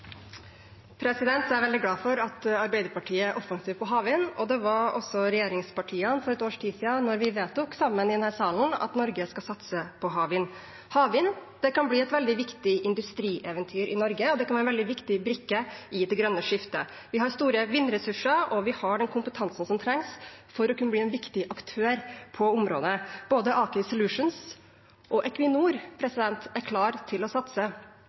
oppfølgingsspørsmål. Jeg er veldig glad for at Arbeiderpartiet er offensivt når det gjelder havvind. Det var også regjeringspartiene for et års tid siden, da vi sammen vedtok i denne salen at Norge skal satse på havvind. Havvind kan bli et veldig viktig industrieventyr i Norge, og det kan være en veldig viktig brikke i det grønne skiftet. Vi har store vindressurser, og vi har den kompetansen som trengs for å kunne bli en viktig aktør på området. Både Aker Solutions og Equinor er klare til å satse,